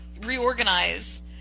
reorganize